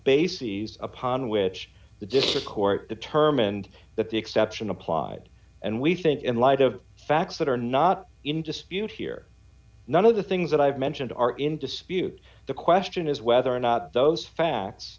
bases upon which the district court determined that the exception apply it and we think in light of facts that are not in dispute here none of the things that i've mentioned are in dispute the question is whether or not those facts